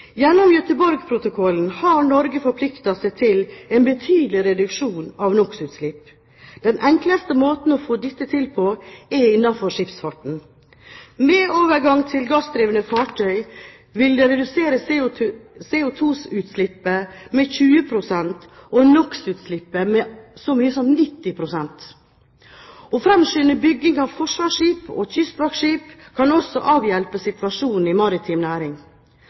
Gjennom Göteborgprotokollen har Norge forpliktet seg til en betydelig reduksjon av NOx-utslipp. Den enkleste måten å få dette til på er innenfor skipsfarten. Med overgang til gassdrevne fartøy vil det redusere CO2-utslippet med 20 pst. og NOX-utslippet med så mye som 90 pst. Å framskynde bygging av forsvarsskip og kystvaktskip kan også avhjelpe situasjonen i maritim næring.